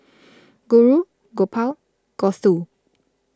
Guru Gopal and Gouthu